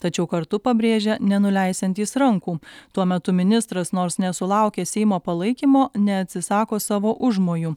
tačiau kartu pabrėžia nenuleisiantys rankų tuo metu ministras nors nesulaukė seimo palaikymo neatsisako savo užmojų